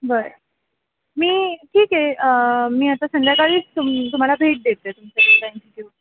बरं मी ठीक आहे मी आता संध्याकाळीच तुम तुम्हाला भेट देते तुमच्याकडे थँक्यू